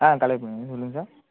ஆ கலை பேசுகிறேன் சொல்லுங்கள் சார்